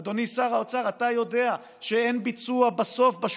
אדוני שר האוצר, אתה יודע שאין ביצוע בסוף.